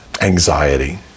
anxiety